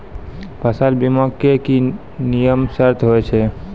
फसल बीमा के की नियम सर्त होय छै?